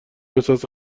احساس